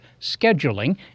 scheduling